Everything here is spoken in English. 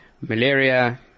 malaria